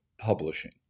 publishing